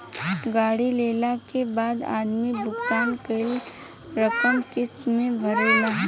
गाड़ी लेला के बाद आदमी भुगतान कईल रकम किस्त में भरेला